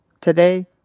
Today